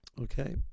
Okay